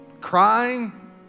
crying